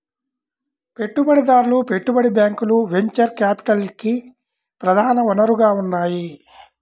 పెట్టుబడిదారులు, పెట్టుబడి బ్యాంకులు వెంచర్ క్యాపిటల్కి ప్రధాన వనరుగా ఉన్నాయి